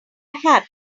hat